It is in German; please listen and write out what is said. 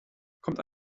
kommt